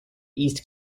east